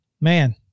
man